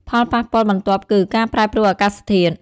ផលប៉ះពាល់បន្ទាប់គឺ ការប្រែប្រួលអាកាសធាតុ។